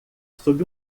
sob